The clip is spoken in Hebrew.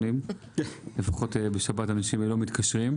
לפחות בשבת אנשים לא מתקשרים,